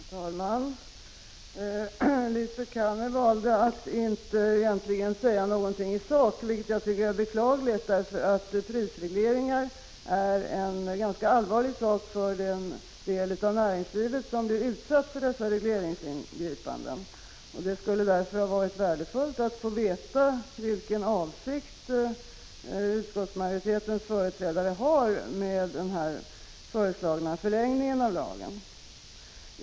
Herr talman! Lisbet Calner valde att inte egentligen säga någonting i sak, vilket jag tycker är beklagligt. Prisregleringar är nämligen en ganska allvarlig sak för den del av näringslivet som blir utsatt för dessa regleringsingripanden. Det skulle därför ha varit värdefullt att få veta vilken avsikt utskottsmajoritetens företrädare har med den här föreslagna förlängningen av lagen.